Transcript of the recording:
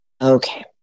Okay